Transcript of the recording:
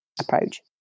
approach